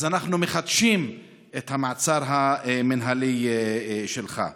אז אנחנו מחדשים את המעצר המינהלי שלך.